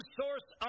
source